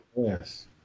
Yes